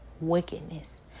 wickedness